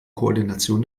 koordination